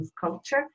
culture